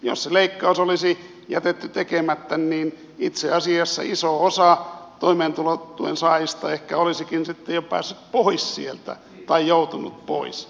jos se leikkaus olisi jätetty tekemättä niin itse asiassa iso osa toimeentulotuen saajista ehkä olisikin sitten jo päässyt pois sieltä tai joutunut pois